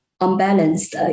unbalanced